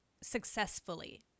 successfully